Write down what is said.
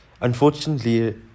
Unfortunately